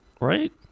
Right